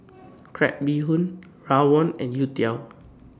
Crab Bee Hoon Rawon and Youtiao